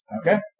Okay